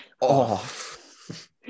off